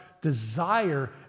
desire